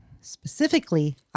specifically